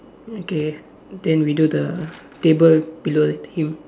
okay then we do the table below the team